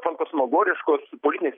fantasmagoriškos politinės